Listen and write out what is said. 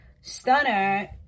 Stunner